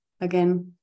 again